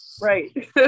Right